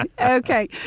Okay